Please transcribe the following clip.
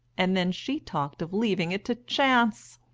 and then she talked of leaving it to chance!